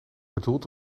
bedoelt